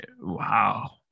wow